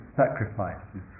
sacrifices